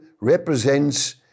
represents